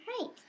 Right